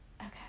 okay